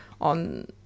on